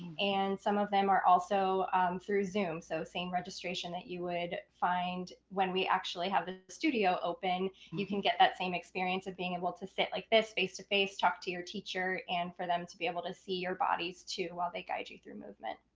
and some of them are also through zoom. so same registration that you would find when we actually have the studio open you can get that same experience of being able to sit like this, face-to-face, talk to your teacher and for them to be able to see your bodies, too, while they guide you through movement.